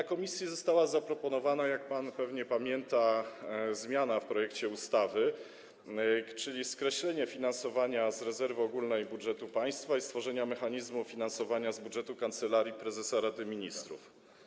W komisji została zaproponowana, jak pan pewnie pamięta, zmiana w projekcie ustawy, czyli skreślenie finansowania z rezerwy ogólnej budżetu państwa i stworzenie mechanizmu finansowania z budżetu Kancelarii Prezesa Rady Ministrów.